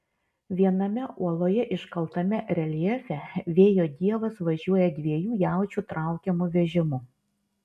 viename uoloje iškaltame reljefe vėjo dievas važiuoja dviejų jaučių traukiamu vežimu